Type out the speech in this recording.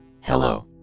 Hello